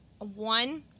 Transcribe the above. one